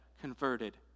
converted